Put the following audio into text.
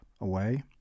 away